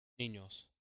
niños